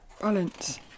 balance